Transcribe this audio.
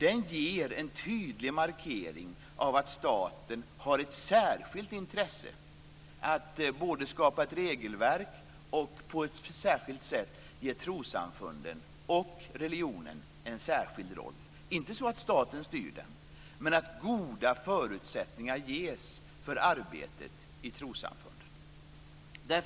Den innebär en tydlig markering av att staten har ett särskilt intresse både av att skapa ett regelverk och av att ge trossamfunden och religionen en särskild roll - inte så att staten styr den, men goda förutsättningar ska ges för arbetet i trossamfunden.